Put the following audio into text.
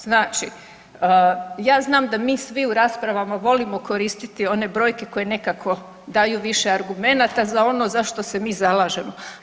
Znači, ja znam da mi svi u raspravama volimo koristiti one brojke koje nekako daju više argumenata za ono za što se mi zalažemo.